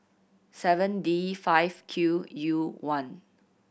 seven D five Q U one